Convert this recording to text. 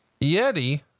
Yeti